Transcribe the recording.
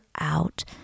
out